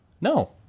No